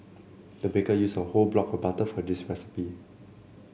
the baker used a whole block of butter for this recipe